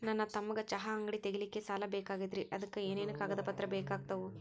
ನನ್ನ ತಮ್ಮಗ ಚಹಾ ಅಂಗಡಿ ತಗಿಲಿಕ್ಕೆ ಸಾಲ ಬೇಕಾಗೆದ್ರಿ ಅದಕ ಏನೇನು ಕಾಗದ ಪತ್ರ ಬೇಕಾಗ್ತವು?